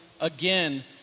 again